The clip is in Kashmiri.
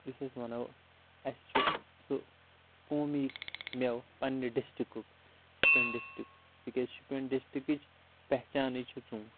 یُس أسۍ ونو اسہِ چھُ سُہ قومی مٮ۪وٕ پننہِ ڈسٹرکُک شُپیان ڈسٹرکُک تِکیٛازِ شُپیان ڈسٹرکٕچ پہچانٕے چھ ژوٗنٛٹھ